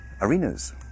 arenas